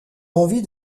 envie